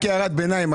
רק הערת ביניים,